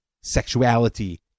sexuality